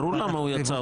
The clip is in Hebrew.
ברור למה הוא יצא,